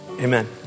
Amen